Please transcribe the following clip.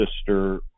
sister